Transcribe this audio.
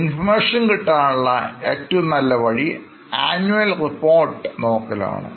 information കിട്ടാനുള്ള ഏറ്റവും നല്ല വഴി ആനുവൽ റിപ്പോർട്ട് നോക്കലാണ്